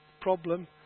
problem